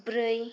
ब्रै